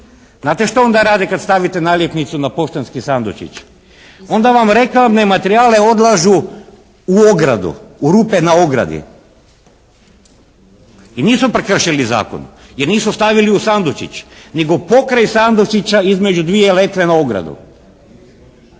Znate što onda rade kad stavite naljepnicu na poštanski sandučić? Onda vam reklamne materijale odlažu u ogradu, u rupe na ogradi i nisu prekršili zakon jer nisu stavili u sandučić nego pokraj sandučića između dvije letve na ogradu